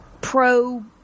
pro-